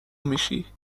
میشی